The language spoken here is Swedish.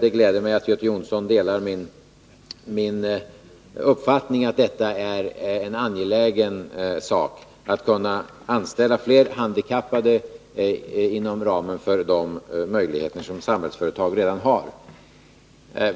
Det gläder mig att Göte Jonsson delar min uppfattning att detta är en anglägen sak — att kunna anställa fler handikappade inom ramen för de möjligheter som Samhällsföretag redan har.